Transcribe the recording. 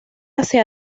hacia